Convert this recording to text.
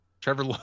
Trevor